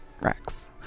Rex